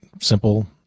simple